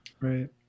Right